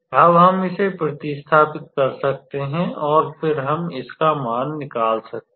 अब हम इसे प्र्तिस्थापित कर सकते हैं और फिर हम इसका मान निकाल सकते हैं